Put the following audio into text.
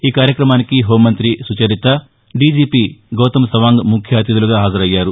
ఈ కార్యక్రమానికి హెూంమంతి సుచరిత దీజీపీ గౌతమ్సవాంగ్ ముఖ్య అతిథులుగా హాజరయ్యారు